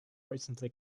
recently